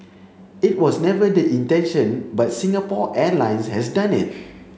it was never the intention but Singapore Airlines has done it